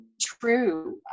true